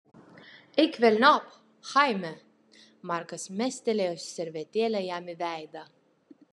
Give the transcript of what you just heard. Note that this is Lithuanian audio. eik velniop chaime markas mestelėjo servetėlę jam į veidą